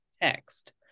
text